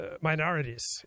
minorities